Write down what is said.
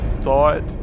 thought